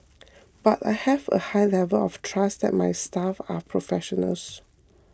but I have a high level of trust that my staff are professionals